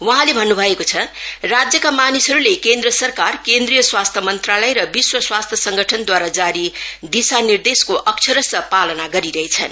वहाँले भन्नू भएको छ राज्यका मानिसहरूले केन्द्र सरकार केन्द्रीय स्वास्थ्य मंत्रालय र विश्व स्वास्थ्य संगठनद्वारा जारी दिशा निर्देशको अक्षरशः पालन गरिरहेछन्